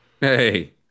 Hey